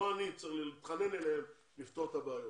לא אני צריך להתחנן אליהם לפתור את הבעיות.